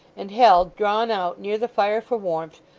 and held, drawn out near the fire for warmth,